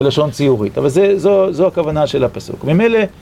בלשון ציורית, אבל זו הכוונה של הפסוק. ממילא...